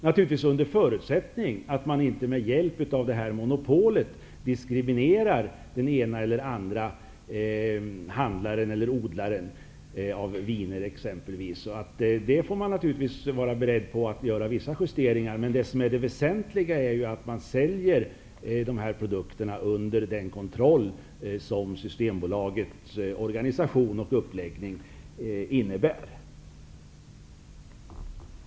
Naturligtvis är förutsättningen att man inte med monopolets hjälp diskriminerar den ena eller den andra handlaren eller odlaren av viner. Man får naturligtvis vara beredd att göra vissa justeringar. Men det väsentliga är att man säljer dessa produkter under den kontroll som Systembolagets organisation och uppläggning innebär.